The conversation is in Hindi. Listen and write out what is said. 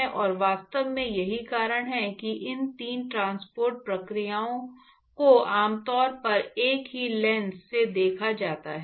और वास्तव में यही कारण है कि इन 3 ट्रांसपोर्ट प्रक्रियाओं को आमतौर पर एक ही लेंस से देखा जाता है